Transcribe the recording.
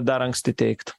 dar anksti teigt